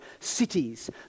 cities